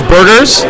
Burgers